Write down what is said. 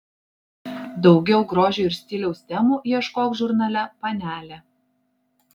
daugiau grožio ir stiliaus temų ieškok žurnale panelė